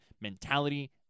mentality